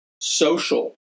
social